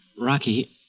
Rocky